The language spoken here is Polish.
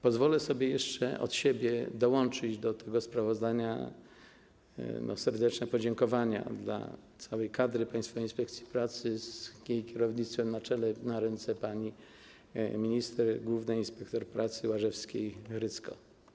Pozwolę sobie jeszcze od siebie dołączyć do tego sprawozdania serdeczne podziękowania dla całej kadry Państwowej Inspekcji Pracy z jej kierownictwem na czele i złożyć je na ręce pani minister, głównej inspektor pracy Łażewskiej-Hrycko.